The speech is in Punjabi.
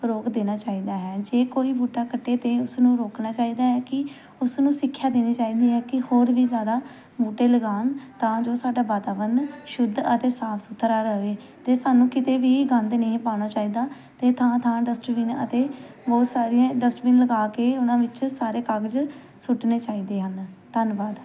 ਰੋਕ ਦੇਣਾ ਚਾਹੀਦਾ ਹੈ ਜੇ ਕੋਈ ਬੂਟਾ ਕੱਟੇ ਤਾਂ ਉਸਨੂੰ ਰੋਕਣਾ ਚਾਹੀਦਾ ਹੈ ਕਿ ਉਸਨੂੰ ਸਿੱਖਿਆ ਦੇਣੀ ਚਾਹੀਦੀ ਹੈ ਕਿ ਹੋਰ ਵੀ ਜ਼ਿਆਦਾ ਬੂਟੇ ਲਗਾਉਣ ਤਾਂ ਜੋ ਸਾਡਾ ਵਾਤਾਵਰਨ ਸ਼ੁੱਧ ਅਤੇ ਸਾਫ਼ ਸੁਥਰਾ ਰਹੇ ਅਤੇ ਸਾਨੂੰ ਕਿਤੇ ਵੀ ਗੰਦ ਨਹੀਂ ਪਾਉਣਾ ਚਾਹੀਦਾ ਅਤੇ ਥਾਂ ਥਾਂ ਡਸਟਬਿਨ ਅਤੇ ਬਹੁਤ ਸਾਰੇ ਡਸਟਬਿਨ ਲਗਾ ਕੇ ਉਹਨਾਂ ਵਿੱਚ ਸਾਰੇ ਕਾਗਜ਼ ਸੁੱਟਣੇ ਚਾਹੀਦੇ ਹਨ ਧੰਨਵਾਦ